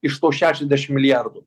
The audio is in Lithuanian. iš to šešiasdešim milijardų